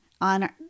on